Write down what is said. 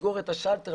להוריד את השלטר,